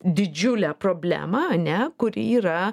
didžiulę problemą ane kuri yra